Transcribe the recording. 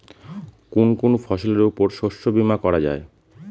কোন কোন ফসলের উপর শস্য বীমা করা যায়?